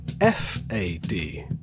F-A-D